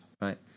right